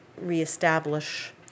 reestablish